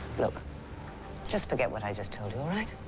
look just forget what i just told you all right?